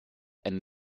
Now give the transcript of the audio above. einen